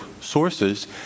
sources